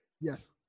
Yes